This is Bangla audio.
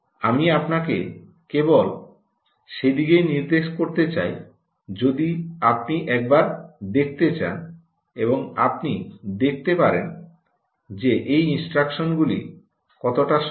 আমি আপনাকে কেবল সেদিকেই নির্দেশ করতে চাই যদি আপনি একবার দেখতে চান এবং আপনি দেখতে পারেন যে এই ইনস্ট্রাকশনগুলি কতটা সহজ